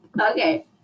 Okay